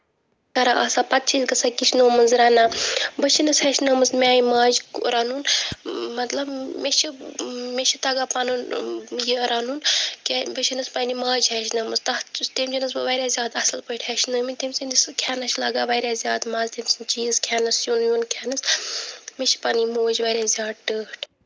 کران آسان پَتہٕ چھِ أسۍ گژھان کِچنو منٛز رَنان بہٕ چھےٚ نَس ہٮ۪چھنٲومٕژٕ میانہِ ماجہِ رَنُن مطلب مےٚ چھُ مےٚ چھُ تَگان پَنُن یہِ رَنُن کہِ بہٕ چھَس پَنٕنۍ ماجی ہٮ۪چھنٲومٕژ تَتھ تمۍ چھےٚ نَس بہٕ واریاہ زیادٕ اَصٕل پٲٹھۍ ہٮ۪چھنٲومٕژ تٔمۍ سندِس کھٮ۪نَس چھُ لَگان واریاہ زیادٕ مَزٕ سُہ چیٖز کھٮ۪نَس سیُن ویُن کھٮ۪نَس مےٚ چھِ پَنٕنۍ موج واریاہ زیادٕ ٹٲٹھ